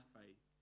faith